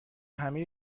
همه